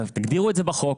תגדירו את זה בחוק,